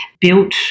built